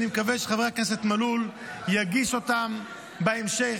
אני מקווה שחבר הכנסת מלול יגיש אותם בהמשך.